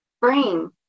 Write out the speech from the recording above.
brain